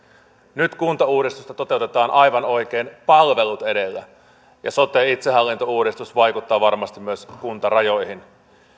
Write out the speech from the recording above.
nyt kuntauudistusta toteutetaan aivan oikein palvelut edellä ja sote itsehallintouudistus vaikuttaa varmasti myös kuntarajoihin